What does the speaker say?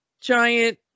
giant